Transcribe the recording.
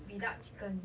without chicken